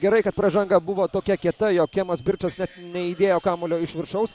gerai kad pražanga buvo tokia kieta jog kemas birčas net neįdėjo kamuolio iš viršaus